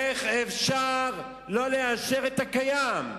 עם עוד, איך אפשר לא לאשר את הקיים?